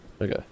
okay